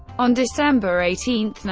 on december eighteen,